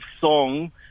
song